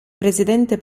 presidente